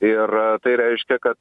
ir tai reiškia kad